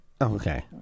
Okay